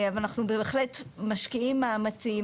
אנחנו בהחלט משקיעים מאמצים,